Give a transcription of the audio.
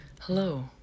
Hello